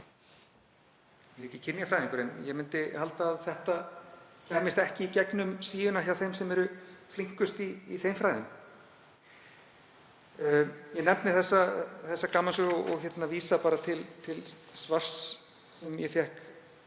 Ég er ekki kynjafræðingur, en ég myndi halda að þetta kæmist ekki í gegnum síuna hjá þeim sem eru flinkust í þeim fræðum. Ég nefni þessa gamansögu og vísa til svars sem ég fékk